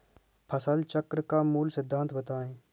फसल चक्र का मूल सिद्धांत बताएँ?